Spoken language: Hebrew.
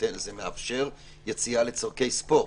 זה מאפשר יציאה לצורכי ספורט.